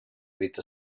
with